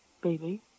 baby